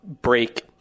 break